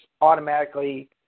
automatically